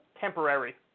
temporary